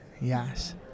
Yes